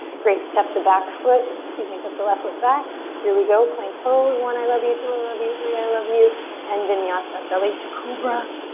great, step the back foot, excuse me, step the left foot back. here we go, plank pose. one, i love you, two, i love you, three, i love you and vinyasa. belly to cobra